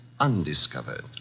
Undiscovered